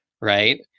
right